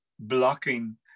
blocking